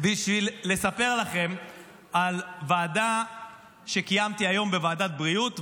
בשביל לספר לכם על ישיבה שקיימתי היום בוועדת הבריאות,